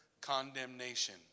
condemnation